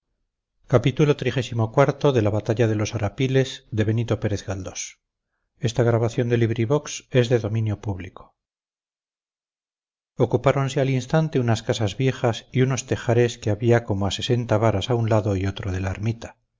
ocupáronse al instante unas casas viejas y unos tejares que había como a sesenta varas a un lado y otro de la ermita